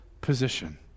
position